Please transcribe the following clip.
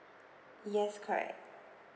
yes correct